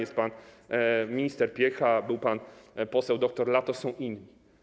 Jest pan minister Piecha, był pan poseł dr Latos, są inni.